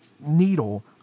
needle